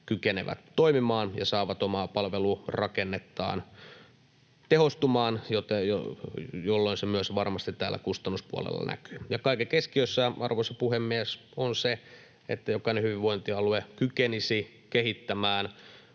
kykenevät toimimaan ja saavat omaa palvelurakennettaan tehostumaan, jolloin se varmasti myös kustannuspuolella näkyy. Kaiken keskiössä, arvoisa puhemies, on se, että jokainen hyvinvointialue kykenisi kehittämään